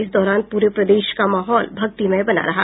इस दौरान प्ररे प्रदेश का माहौल भक्तिमय बना रहा